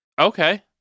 Okay